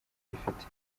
agifite